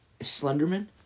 Slenderman